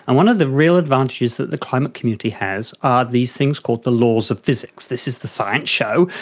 and one of the real advantage is that the climate community has are these things called the laws of physics. this is the science show,